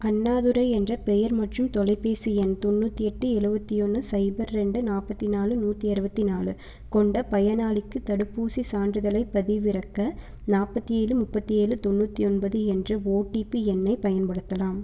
அண்ணாதுரை என்ற பெயர் மற்றும் தொலைபேசி எண் தொண்ணூற்றி எட்டு எழுபத்தி ஒன்று சைபர் ரெண்டு நாற்பத்தி நாலு நூற்றி அருபத்தி நாலு கொண்ட பயனாளிக்கு தடுப்பூசிச் சான்றிதழைப் பதிவிறக்க நாற்பத்தி ஏழு முப்பத்து ஏழு தொண்ணூத் தொம்பது என்ற ஓடிபி எண்ணைப் பயன்படுத்தலாம்